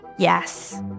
Yes